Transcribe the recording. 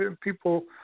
People